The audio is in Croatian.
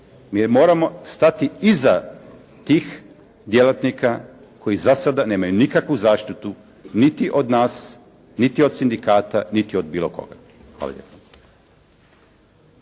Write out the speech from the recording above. Mi moramo stati iza tih djelatnika koji za sada nemaju nikakvu zaštitu niti od nas niti od sindikata niti od bilo koga.